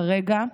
כרגע,